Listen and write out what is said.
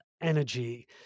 Energy